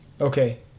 Okay